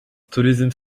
turizm